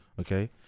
Okay